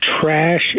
trash